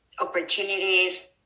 opportunities